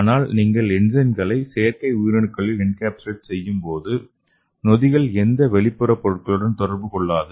ஆனால் நீங்கள் என்சைம்களை செயற்கை உயிரணுக்களில் என்கேப்சுலேட் செய்யும்போது நொதிகள் எந்த வெளிப்புற பொருட்களுடனும் தொடர்பு கொள்ளாது